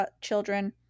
children